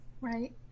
right